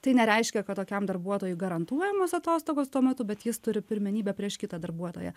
tai nereiškia kad tokiam darbuotojui garantuojamos atostogos tuo metu bet jis turi pirmenybę prieš kitą darbuotoją